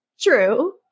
true